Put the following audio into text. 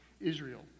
Israel